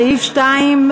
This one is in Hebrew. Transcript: סעיף 2,